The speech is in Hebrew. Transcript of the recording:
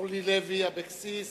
אורלי לוי אבקסיס.